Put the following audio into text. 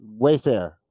Wayfair